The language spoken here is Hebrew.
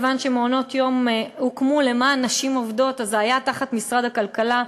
שמכיוון שמעונות יום הוקמו למען נשים עובדות אז זה היה תחת משרד הכלכלה.